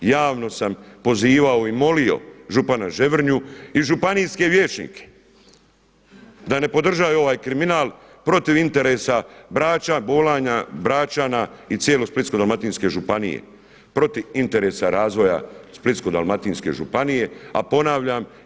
Javno sam pozivao i molio župana Ževrnju i županijske vijećnike da ne podržavaju ovaj kriminal protiv interesa Brača, Bola, Bračana i cijele Splitsko-dalmatinske županije protiv interesa razvoja Splitsko-dalmatinske županije a ponavljam.